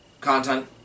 content